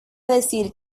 decir